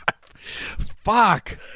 Fuck